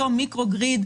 לאותו מיקרו-גריד,